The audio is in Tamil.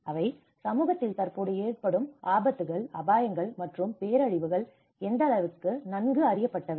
அவை சமூகத்தில் தற்போது ஏற்படும் ஆபத்துகள் அபாயங்கள் மற்றும் பேரழிவுகள் எந்த அளவிற்கு நன்கு அறியப்பட்டவை